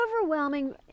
overwhelming